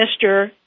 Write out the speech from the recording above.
Mr